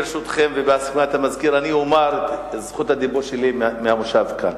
ברשותכם ובהסכמת המזכיר אני אומר את דברי מהמושב כאן: